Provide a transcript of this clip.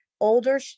older